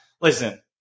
listen